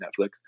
Netflix